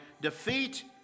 defeat